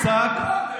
גברתי היושבת-ראש,